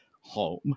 home